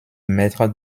mètres